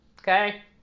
Okay